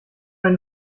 eine